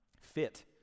fit